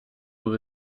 will